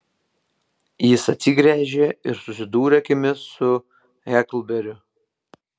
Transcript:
jis atsigręžė ir susidūrė akimis su heklberiu